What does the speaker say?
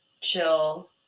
chill